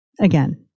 again